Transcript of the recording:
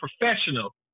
professional